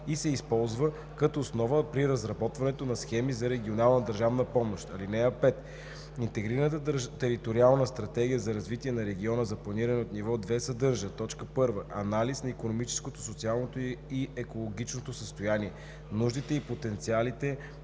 и се използва като основа при разработването на схеми за регионална държавна помощ. (5) Интегрираната териториална стратегия за развитие на региона за планиране от ниво 2 съдържа: 1. анализ на икономическото, социалното и екологичното състояние, нуждите и потенциалите